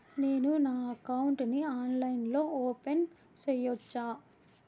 నేను నా అకౌంట్ ని ఆన్లైన్ లో ఓపెన్ సేయొచ్చా?